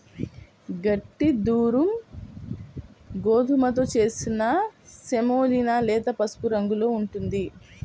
గట్టి దురుమ్ గోధుమతో చేసిన సెమోలినా లేత పసుపు రంగులో ఉంటుంది